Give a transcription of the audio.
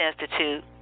Institute